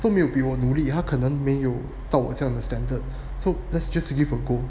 都没有比我努力他可能没有我这样的 standard so let's just to give a go